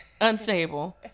Unstable